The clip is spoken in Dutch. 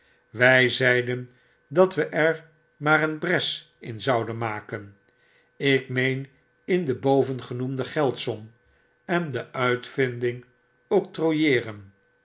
wij zeiden dat we er maar een bres in zouden maken ik meen in de bovengenoemde geldsom en de uitvinding